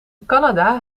canada